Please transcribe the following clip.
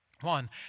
One